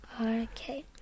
Okay